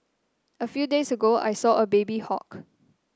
a few days ago I saw a baby hawk